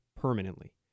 permanently